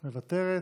מוותרת.